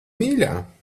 mīļā